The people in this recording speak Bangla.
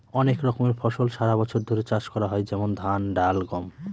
অনেক রকমের ফসল সারা বছর ধরে চাষ করা হয় যেমন ধান, ডাল, গম